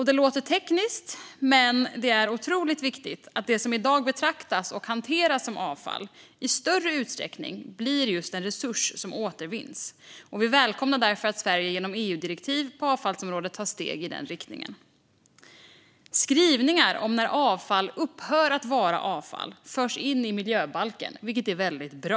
Det låter tekniskt, men det är otroligt viktigt att det som i dag betraktas och hanteras som avfall i större utsträckning blir just en resurs som återvinns. Vi välkomnar därför att Sverige genom EU-direktiv på avfallsområdet tar steg i den riktningen. Skrivningar om när avfall upphör att vara avfall förs in i miljöbalken, vilket är väldigt bra.